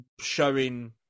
showing